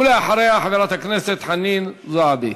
ולאחריה, חברת הכנסת חנין זועבי.